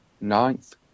ninth